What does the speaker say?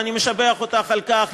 ואני משבח אותך על כך,